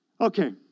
okay